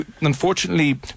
unfortunately